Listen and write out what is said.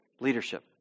leadership